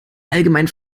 allgemein